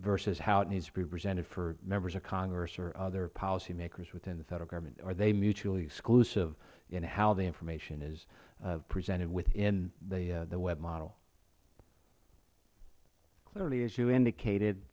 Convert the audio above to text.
versus how it needs to be presented for members of congress or other policy makers within the federal government are they mutually exclusive in how the information is presented within the web model mister allen clearly as you indicated